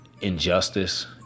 injustice